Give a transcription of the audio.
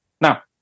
Now